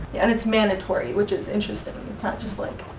and it's mandatory, which is interesting. it's not just, like,